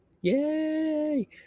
Yay